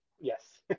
Yes